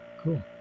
Cool